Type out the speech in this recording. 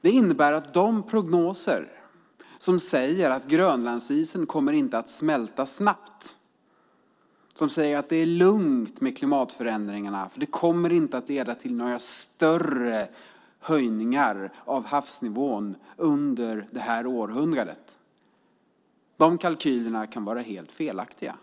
Det innebär att de prognoser och kalkyler som säger att Grönlandsisen inte kommer att smälta snabbt, som säger att det är lugnt med klimatförändringarna och att det inte kommer att leda till några större höjningar av havsnivån under det här århundradet kan vara helt felaktiga.